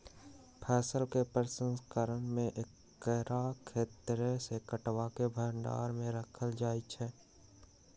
फसल के प्रसंस्करण में एकरा खेतसे काटलाके बाद भण्डार में राखल जाइ छइ